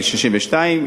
62,